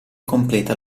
completa